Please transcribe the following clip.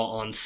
on